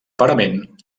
parament